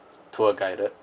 tour guided